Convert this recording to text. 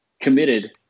committed